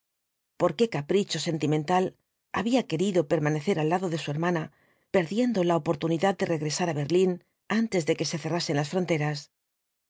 por qué capricho sentimental había querido permanecer al lado de su hermana perdiendo la oportunidad de regresar á berlín antes de que se cerrasen las fronteras